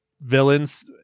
villains